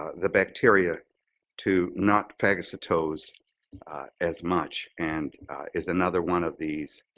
the bacteria to not phagocytose as much, and is another one of these